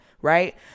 Right